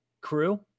crew